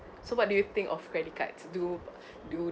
so what do you think of credit cards do do